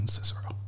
Cicero